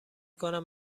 کنم